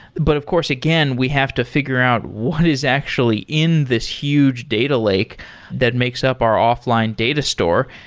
but of course, again, we have to figure out what is actually in this huge data lake that makes up our offline data store.